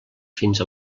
fins